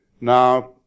Now